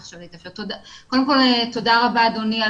קודם כל תודה רבה אדוני,